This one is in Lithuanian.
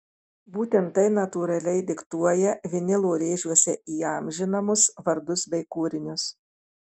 būtent tai natūraliai diktuoja vinilo rėžiuose įamžinamus vardus bei kūrinius